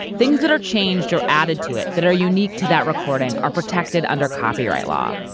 things that are changed or added to it that are unique to that recording are protected under copyright law.